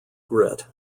grit